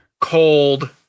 Cold